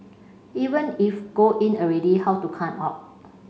even if go in already how to come out